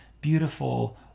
beautiful